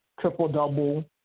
triple-double